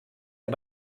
der